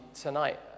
tonight